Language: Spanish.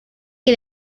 que